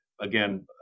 again